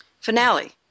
finale